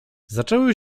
zaczęły